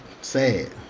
sad